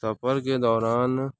سفر کے دوران